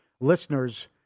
listeners